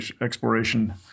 exploration